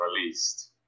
released